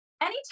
anytime